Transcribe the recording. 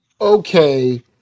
okay